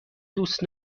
دوست